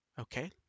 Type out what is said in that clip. Okay